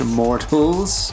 mortals